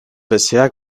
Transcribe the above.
bisher